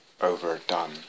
overdone